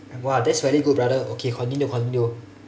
!wah! that's very good brother okay continue continue